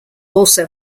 also